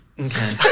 Okay